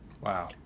Wow